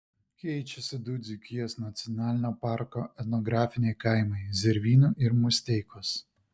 keičiasi du dzūkijos nacionalinio parko etnografiniai kaimai zervynų ir musteikos